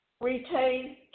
retain